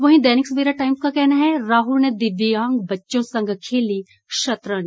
वहीं दैनिक सवेरा टाइम्स का कहना है राहुल ने दिव्यांग बच्चों संग खेली शतरंज